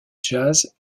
jazz